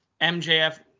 mjf